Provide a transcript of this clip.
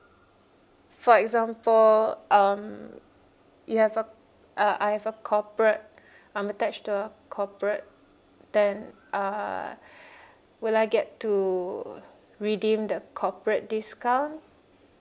for example um you have a uh I have a corporate I'm attached to a corporate then uh will I get to redeem the corporate discount